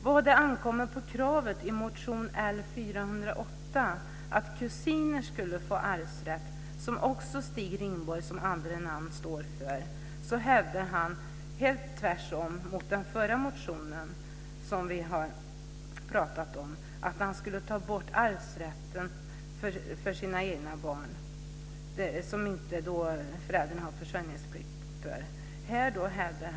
Vad beträffar kravet i motion L408 att kusiner skulle få arvsrätt, som Stig Rindborg också står för, hävdar han - tvärtemot den förra motionen, som jag har pratat om - att man ska ta bort arvsrätten för barn som föräldrarna inte har försörjningsplikt för.